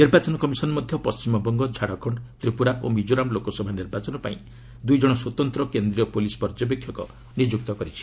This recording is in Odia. ନିର୍ବାଚନ କମିଶନ ମଧ୍ୟ ପଣ୍ଟିମବଙ୍ଗ ଝାଡ଼ଖଣ୍ଡ ତ୍ରିପୁରା ଓ ମିକ୍ଜୋରାମ ଲୋକସଭା ନିର୍ବାଚନ ପାଇଁ ଦୁଇଜଣ ସ୍ପତନ୍ତ୍ର କେନ୍ଦ୍ରୀୟ ପୁଲିସ୍ ପର୍ଯ୍ୟବେକ୍ଷକ ନିଯୁକ୍ତ କରିଛି